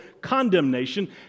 condemnation